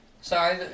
sorry